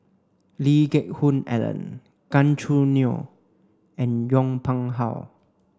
Lee Geck Hoon Ellen Gan Choo Neo and Yong Pung How